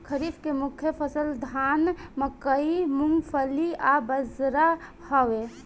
खरीफ के मुख्य फसल धान मकई मूंगफली आ बजरा हवे